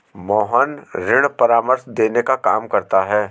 मोहन ऋण परामर्श देने का काम करता है